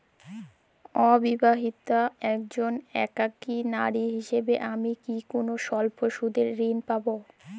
অবিবাহিতা একজন একাকী নারী হিসেবে আমি কি কোনো স্বল্প সুদের ঋণ পাব?